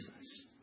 Jesus